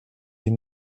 die